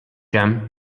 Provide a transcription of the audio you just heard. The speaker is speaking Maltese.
hemm